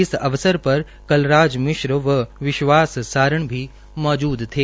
इस अवसर पर कलराज मिश्र व विश्वास सारण भी मौजूद थे